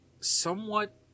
somewhat